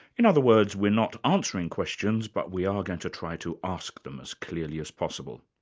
in other words, we're not answering questions, but we are going to try to ask them as clearly as possible.